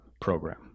program